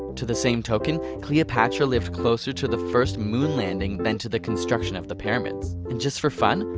to the same token, cleopatra lived closer to the first moon landing than to the construction of the pyramids. and just for fun,